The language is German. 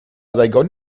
saigon